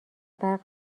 برق